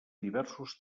diversos